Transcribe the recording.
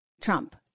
Trump